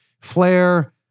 Flair